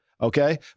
Okay